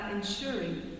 ensuring